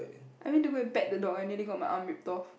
I went to go and pet the dog I nearly got my arm ripped off